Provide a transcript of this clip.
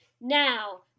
Now